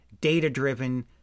data-driven